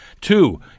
two